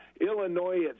Illinois